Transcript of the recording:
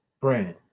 brand